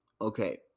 Okay